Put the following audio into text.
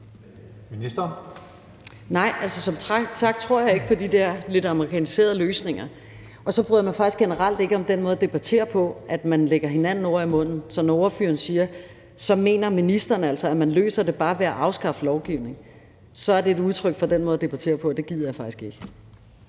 Nej. Altså, som sagt tror jeg ikke rigtig på de der lidt amerikaniserede løsninger. Og så bryder jeg mig faktisk generelt ikke om den måde at debattere på, hvor man lægger hinanden ord i munden. Når ordføreren siger, at så mener ministeren altså, at man løser det ved bare at afskaffe lovgivningen, så er det et udtryk for den måde at debattere på, og det gider jeg faktisk ikke.